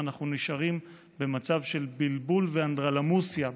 נשארים במצב של בלבול ואנדרלמוסיה במשק.